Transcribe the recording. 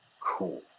Cool